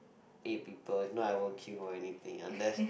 eight people if not I won't queue for anything unless